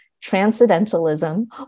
transcendentalism